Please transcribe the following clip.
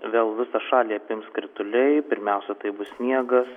vėl visą šalį apims krituliai pirmiausia tai bus sniegas